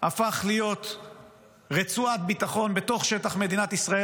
הפך להיות רצועת ביטחון בתוך שטח מדינת ישראל,